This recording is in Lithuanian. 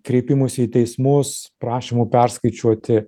kreipimųsi į teismus prašymų perskaičiuoti